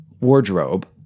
wardrobe